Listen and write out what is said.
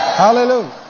Hallelujah